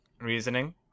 Reasoning